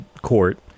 court